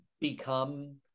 become